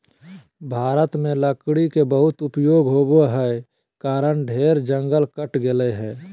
भारत में लकड़ी के बहुत उपयोग होबो हई कारण ढेर जंगल कट गेलय हई